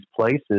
places